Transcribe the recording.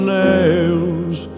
nails